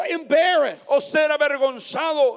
embarrassed